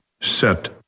set